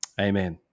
amen